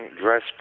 dress